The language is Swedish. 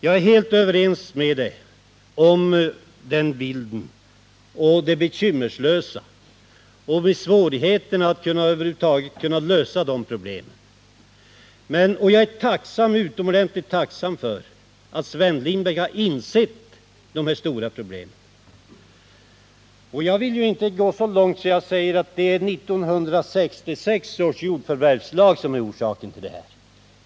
Jag är helt överens med honom om den bilden och om de svårigheter som föreligger att lösa problemen. Och jag är utomordentligt tacksam för att Sven Lindberg har insett dessa problem. Jag vill inte gå så långt att jag säger att det är 1966 års jordförvärvslag som är orsaken till dem.